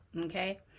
okay